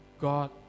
God